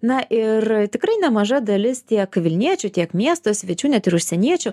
na ir tikrai tikrai nemaža dalis tiek vilniečių tiek miesto svečių net ir užsieniečių